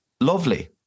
lovely